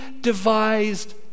devised